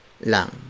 lang